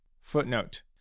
Footnote